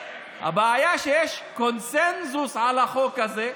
הבעיה היא שיש קונסנזוס על החוק הזה,